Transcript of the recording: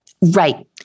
Right